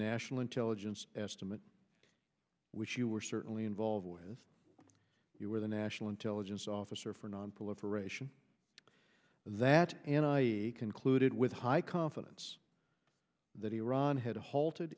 national intelligence estimate which you were certainly involved with you were the national intelligence officer for nonproliferation that and i concluded with high confidence that iran had halted